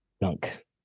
Dunk